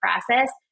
process